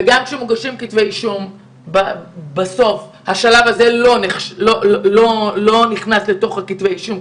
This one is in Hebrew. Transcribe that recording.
וגם כשמוגשים כתבי אישום בסוף השלב הזה לא נכנס לתוך כתבי האישום,